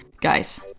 Guys